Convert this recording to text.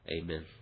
Amen